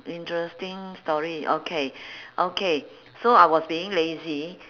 interesting story okay okay so I was being lazy